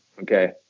Okay